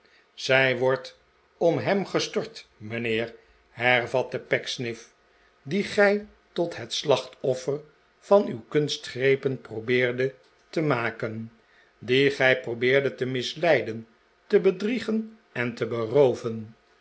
zij wordt om hem gestort mijnheer hervatte pecksniff dien gij tot het slachtoffer van uw kunstgrepen protaeerdet te maken dien gij probeerdet te misleiden te bedriegen en te berooven